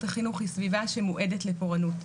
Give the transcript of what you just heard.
החינוך היא סביבה שמועדת לפורענות.